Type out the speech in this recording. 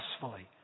successfully